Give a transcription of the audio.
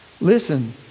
Listen